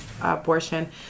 abortion